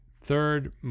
third